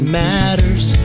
matters